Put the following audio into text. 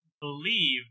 believe